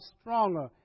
stronger